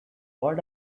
what